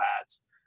ads